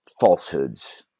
falsehoods